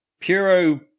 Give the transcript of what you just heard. Puro